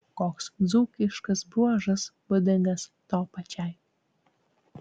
koks dzūkiškas bruožas būdingas tau pačiai